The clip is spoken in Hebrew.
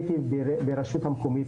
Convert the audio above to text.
הייתי ברשות המקומית,